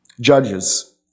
Judges